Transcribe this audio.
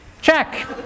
Check